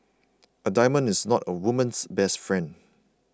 a diamond is not a woman's best friend